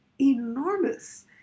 enormous